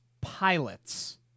pilots